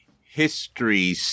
history